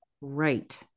Right